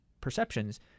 perceptions